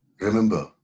Remember